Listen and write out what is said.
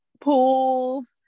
pools